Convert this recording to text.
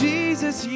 Jesus